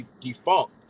defunct